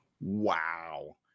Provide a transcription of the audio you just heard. Wow